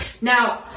Now